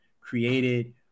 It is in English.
created